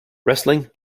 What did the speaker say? wrestling